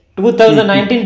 2019